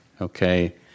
okay